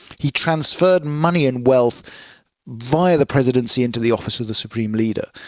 he transferred money and wealth via the presidency into the office of the supreme leader.